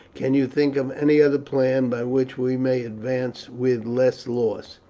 can you think of any other plan by which we may advance with less loss?